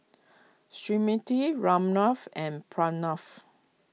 Smriti Ramnath and Pranav